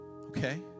Okay